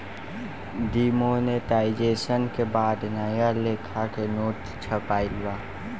demonetisation के बाद नया लेखा के नोट छपाईल बा